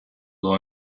law